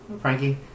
Frankie